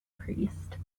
priest